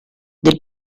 del